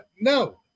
no